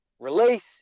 release